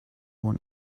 want